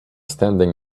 standing